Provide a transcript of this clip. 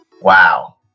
Wow